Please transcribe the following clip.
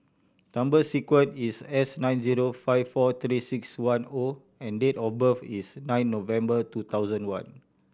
number sequence is S nine zero five four Three Six One O and date of birth is nine November two thousand one